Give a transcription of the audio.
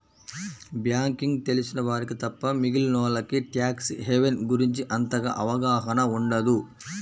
banking తెలిసిన వారికి తప్ప మిగిలినోల్లకి ట్యాక్స్ హెవెన్ గురించి అంతగా అవగాహన ఉండదు